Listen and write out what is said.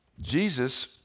Jesus